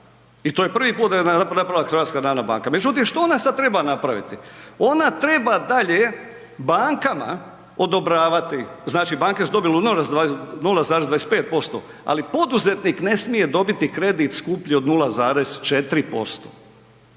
i to je prvi puta da je napravila HNB. Međutim, što ona sada treba napraviti? Ona treba dalje bankama odobravati, znači banke su dobile 0,25%, ali poduzetnik ne smije dobiti kredit skuplji od 0,4%